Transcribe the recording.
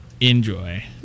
Enjoy